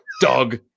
Doug